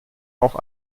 auch